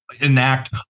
enact